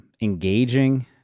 engaging